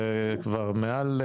זה כבר מעל,